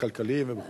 הכלכליים וכו'.